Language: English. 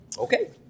Okay